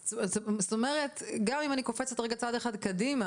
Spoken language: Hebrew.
אז זאת אומרת שגם אם אני קופצת רגע צעד אחד קדימה,